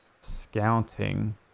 scouting